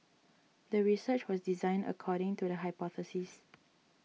the research was designed according to the hypothesis